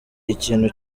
ikintu